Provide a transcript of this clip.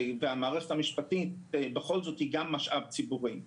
גם המערכת המשפטית היא משאב ציבורי.